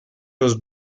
los